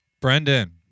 Brendan